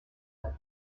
vingt